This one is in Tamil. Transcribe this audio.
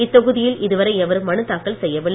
இத்தொகுதியில் இதுவரை எவரும் மனுதாக்கல் செய்யவில்லை